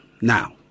now